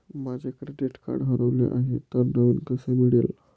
माझे credit card हरवले आहे तर नवीन कसे मिळेल?